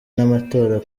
n’amatora